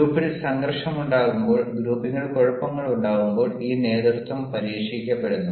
ഗ്രൂപ്പിൽ സംഘർഷമുണ്ടാകുമ്പോൾ ഗ്രൂപ്പിൽ കുഴപ്പങ്ങൾ ഉണ്ടാകുമ്പോൾ ഈ നേതൃത്വം പരീക്ഷിക്കപ്പെടുന്നു